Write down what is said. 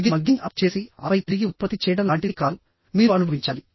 ఇది mugging up చేసి ఆపై తిరిగి ఉత్పత్తి చేయడం లాంటిది కాదు మీరు అనుభవించాలి